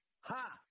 Ha